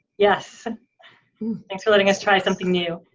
yes thanks for letting us trying something new